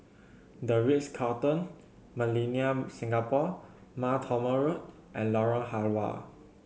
The Ritz Carlton Millenia Singapore Mar Thoma Road and Lorong Halwa